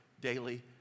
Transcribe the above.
daily